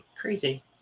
crazy